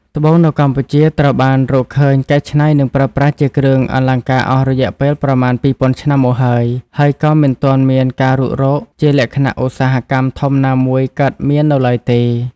ត្បូងនៅកម្ពុជា ត្រូវបានរកឃើញ កែច្នៃ និងប្រើប្រាស់ជាគ្រឿងអលង្ការអស់រយៈពេលប្រមាណ ២០០០ឆ្នាំមកហើយ ហើយក៏មិនទាន់មានការរុករកជាលក្ខណៈឧស្សាហកម្មធំណាមួយកើតមាននៅឡើយទេ។